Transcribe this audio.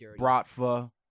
bratva